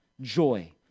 joy